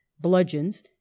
bludgeons